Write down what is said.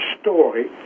story